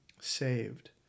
Saved